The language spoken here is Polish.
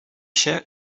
się